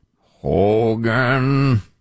Hogan